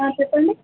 ఆ చెప్పండి